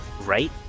right